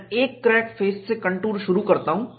मैं एक crack face से कंटूर शुरू करता हूं